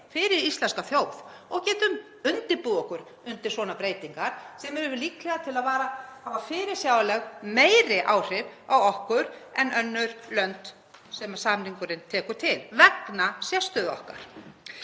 fyrir íslenska þjóð og getum undirbúið okkur undir svona breytingar, sem eru líklegar til að hafa fyrirsjáanlega meiri áhrif á okkur en önnur lönd sem samningurinn tekur til vegna sérstöðu okkar.